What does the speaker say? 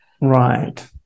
Right